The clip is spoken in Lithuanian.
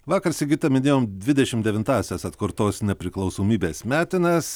vakar sigita minėjom dvidešimt devintąsias atkurtos nepriklausomybės metines